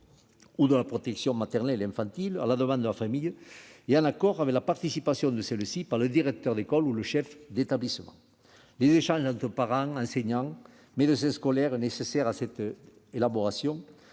ou de la protection maternelle et infantile, à la demande de la famille ou, en accord et avec la participation de celle-ci, par le directeur d'école ou le chef d'établissement. Les échanges entre parents, enseignants, médecins scolaires, nécessaires à cette élaboration,